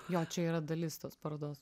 jo čia yra dalis tos parodos